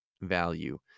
value